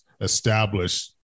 established